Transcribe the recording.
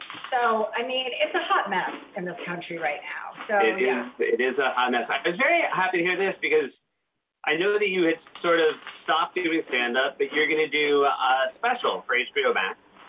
so, i mean, it's a hot mess in this country right now. so, yeah. it is it is a hot mess. i was very happy to hear this because i know that you had sort of stopped doing stand-up, but you're gonna do a special for hbo max.